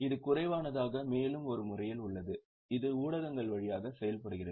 இது குறைவானதாக மேலும் ஒரு முறையில் உள்ளது இது ஊடகங்கள் வழியாக செயல்படுகிறது